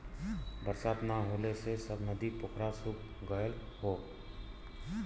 बरसात ना होले से सब नदी पोखरा सूख गयल हौ